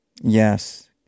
Yes